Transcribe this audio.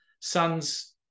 son's